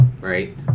Right